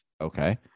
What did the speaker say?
okay